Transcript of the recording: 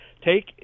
Take